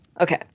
Okay